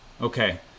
Okay